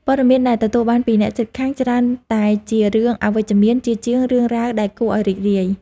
ព័ត៌មានដែលទទួលបានពីអ្នកជិតខាងច្រើនតែជារឿងអវិជ្ជមានជាជាងរឿងរ៉ាវដែលគួរឱ្យរីករាយ។